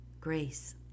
grace